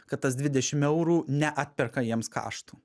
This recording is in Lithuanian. kad tas dvidešimt eurų neatperka jiems kaštų